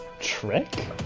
Trick